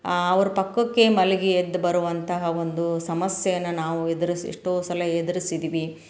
ಅವ್ರ ಪಕ್ಕಕ್ಕೆ ಮಲಗಿ ಎದ್ದು ಬರುವಂತಹ ಒಂದು ಸಮಸ್ಯೆಯನ್ನು ನಾವು ಎದರ್ಸಿ ಎಷ್ಟೋ ಸಲ ಎದುರ್ಸಿದೀವಿ